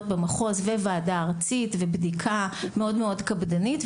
במחוז וועדה ארצית ובדיקה מאוד מאוד קפדנית.